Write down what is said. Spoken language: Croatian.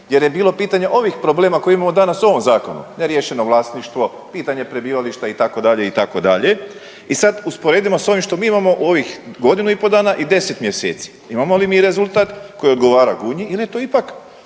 jer je bilo pitanje ovih problema koje imamo danas u ovom Zakonu. Neriješeno vlasništvo, pitanje prebivališta, itd., itd. I sad usporedimo što mi imamo u ovih godinu i po dana i 10 mjeseci, imamo li mi rezultat koji odgovara Gunji ili je to ipak,